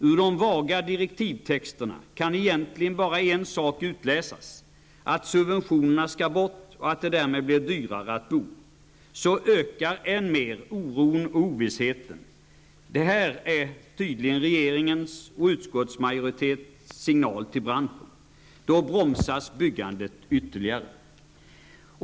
Ur de vaga direktiven kan egentligen bara en sak utläsas, nämligen att subventionerna skall bort och att det därmed blir dyrare att bo. Så ökar än mer oron och ovissheten. Det här är tydligen regeringens och utskottsmajoritetens signal till branschen. Då bromsas byggandet ytterligare.